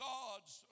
God's